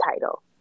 title